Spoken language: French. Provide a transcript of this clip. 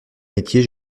métier